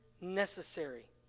necessary